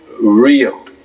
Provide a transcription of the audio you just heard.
real